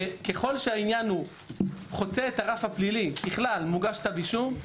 ככל שהעניין חוצה את הרף הפלילי מוגש כתב אישום,